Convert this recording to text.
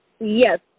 Yes